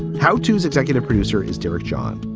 how tos executive producer is derek john.